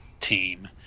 team